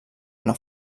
una